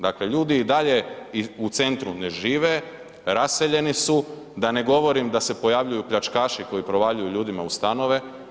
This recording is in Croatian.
Dakle, ljudi i dalje u centru ne žive, raseljeni su, da ne govorim da se pojavljuju pljačkaši koji provaljuju ljudima u stanove.